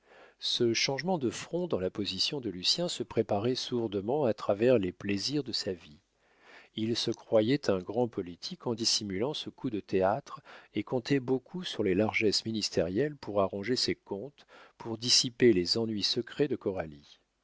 ce changement de front dans la position de lucien se préparait sourdement à travers les plaisirs de sa vie il se croyait un grand politique en dissimulant ce coup de théâtre et comptait beaucoup sur les largesses ministérielles pour arranger ses comptes pour dissiper les ennuis secrets de